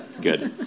Good